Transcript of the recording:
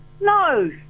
No